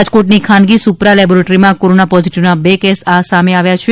રાજકોટની ખાનગી સુપ્રા લેબોરેટરીમાં કોરોના પોઝીટીવના બે કેસ આવ્યા છે